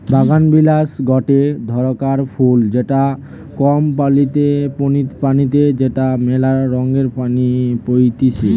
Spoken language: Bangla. বাগানবিলাস গটে ধরণকার ফুল যেটা কম পানিতে যেটা মেলা রঙে পাইতিছি